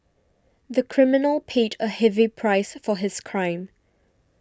the criminal paid a heavy price for his crime